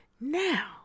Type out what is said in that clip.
Now